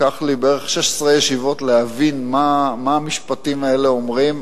לקח לי בערך 16 ישיבות להבין מה המשפטים האלה אומרים.